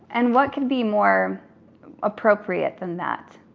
and what could be more appropriate than that.